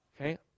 okay